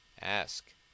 Ask